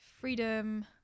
freedom